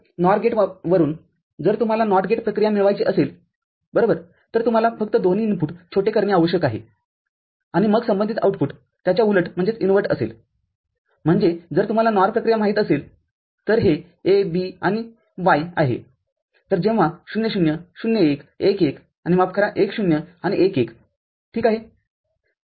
तर NOR gate वरुन जर तुम्हाला NOT गेट प्रक्रिया मिळवायची असेल बरोबरतर तुम्हाला फक्त दोन्ही इनपुट छोटे करणे आवश्यक आहे आणि मग संबंधित आऊटपुटत्याच्या उलटअसेलम्हणजे जर तुम्हाला NOR प्रक्रिया माहीत असेल तर हे A B आणि Y आहेतरजेव्हा ० ० ० १ १ १ आणि माफ करा१ ० आणि १ १ ठीक आहे